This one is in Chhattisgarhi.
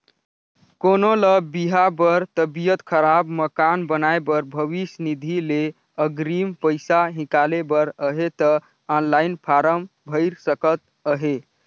कोनो ल बिहा बर, तबियत खराब, मकान बनाए बर भविस निधि ले अगरिम पइसा हिंकाले बर अहे ता ऑनलाईन फारम भइर सकत अहे